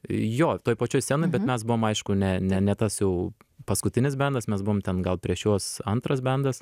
jo toj pačioj scenoj bet mes buvom aišku ne ne ne tas jau paskutinis bendas mes buvom ten gal prieš juos antras bendas